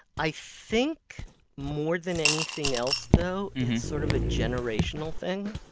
i think more than anything else, though, it's sort of a generational thing,